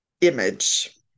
image